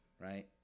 right